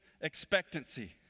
expectancy